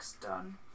done